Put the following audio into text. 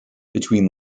between